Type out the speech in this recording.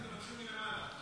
מלמעלה.